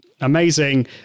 amazing